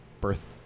birth